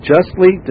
justly